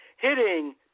Hitting